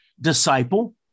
disciple